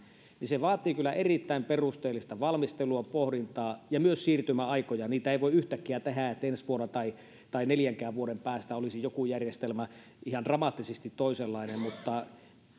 niin se vaatii kyllä erittäin perusteellista valmistelua pohdintaa ja myös siirtymäaikoja niitä ei voida yhtäkkiä tehdä että ensi vuonna tai tai neljänkään vuoden päästä olisi joku järjestelmä ihan dramaattisesti toisenlainen mutta kun